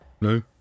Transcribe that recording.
no